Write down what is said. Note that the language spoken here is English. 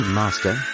master